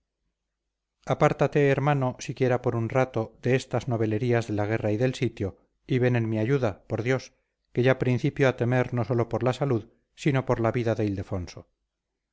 apártate hermano siquiera por un rato de estas novelerías de la guerra y del sitio y ven en mi ayuda por dios que ya principio a temer no sólo por la salud sino por la vida de ildefonso